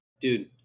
dude